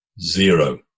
zero